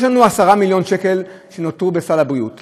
יש לנו 10 מיליון שקל שנותרו בסל הבריאות,